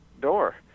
door